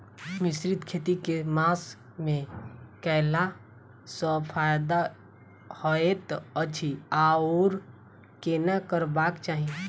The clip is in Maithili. मिश्रित खेती केँ मास मे कैला सँ फायदा हएत अछि आओर केना करबाक चाहि?